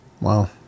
Wow